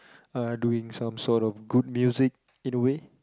are doing some sort of good music in a way